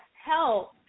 help